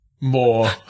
more